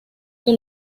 que